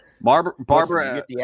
Barbara